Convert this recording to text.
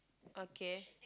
okay